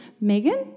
Megan